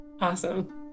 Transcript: Awesome